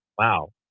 Wow